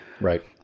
Right